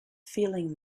feeling